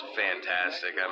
fantastic